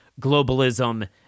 globalism